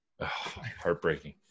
Heartbreaking